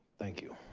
thank you.